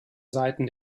seiten